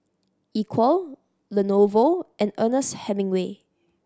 Equal Lenovo and Ernest Hemingway